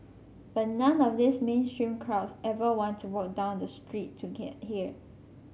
but none of those mainstream crowds ever want to walk down the street to get here